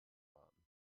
warten